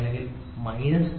0 minus 0